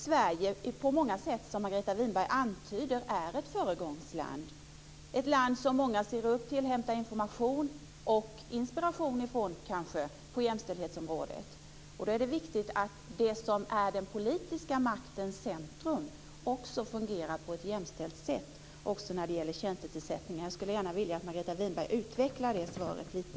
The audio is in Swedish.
Sverige är ju, som Margareta Winberg antyder, på många sätt ett föregångsland, ett land som många ser upp till och hämtar information och kanske också inspiration från på jämställdhetsområdet. Då är det viktigt att också den politiska maktens centrum fungerar på ett jämställt sätt, även när det gäller tjänstetillsättningen. Jag skulle gärna vilja att Margareta Winberg utvecklade det svaret lite.